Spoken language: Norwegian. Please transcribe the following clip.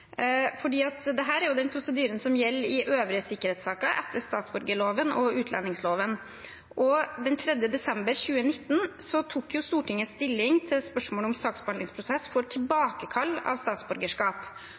er jo den prosedyren som gjelder i øvrige sikkerhetssaker etter statsborgerloven og utlendingsloven. Den 3. desember 2019 tok Stortinget stilling til spørsmålet om saksbehandlingsprosess for